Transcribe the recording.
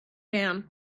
down